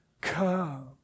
come